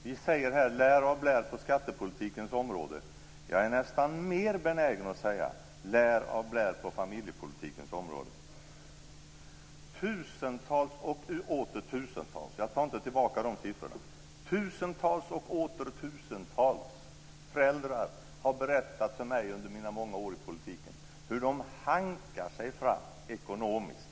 Ni säger: Lär av Blair på skattepolitikens område. Jag är nästan mer benägen att säga: Lär av Blair på familjepolitikens område. Tusentals och åter tusentals - jag tar inte tillbaka de siffrorna - föräldrar har berättat för mig under mina många år i politiken hur de hankar sig fram ekonomiskt.